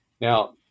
Now